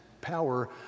power